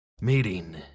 Meeting